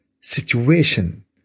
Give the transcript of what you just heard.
situation